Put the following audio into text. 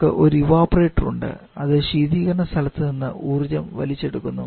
നമുക്ക് ഒരു ഇവപൊറേറ്റർ ഉണ്ട് അത് ശീതീകരണ സ്ഥലത്തു നിന്ന് ഊർജ്ജം വലിച്ചെടുക്കുന്നു